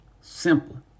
Simple